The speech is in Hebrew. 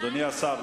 אדוני השר,